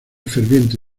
ferviente